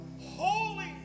holy